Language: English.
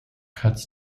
cuts